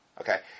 Okay